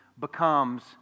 becomes